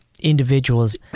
individuals